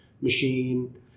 Machine